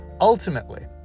Ultimately